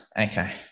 Okay